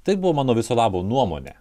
tai buvo mano viso labo nuomonė